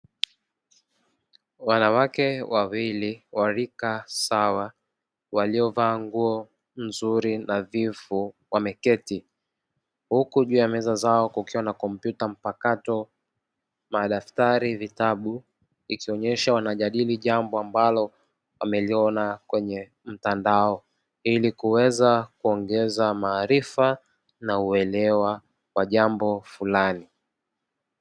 Wanawake wawii wa rika sawa waliovaa nguo nzuri nadhifu wameketi. Huku juu ya meza zao kukiwa na kompyuta mpakato, madaftari, vitabu ikionyesha wanajadili jambo ambalo wameliona kwenye mtandao ili kuweza kuongeza maarifa na uelewa wa jambo fulani.